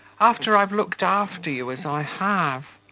after i've looked after you as i have.